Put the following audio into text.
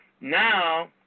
now